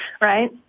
right